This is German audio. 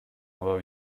aber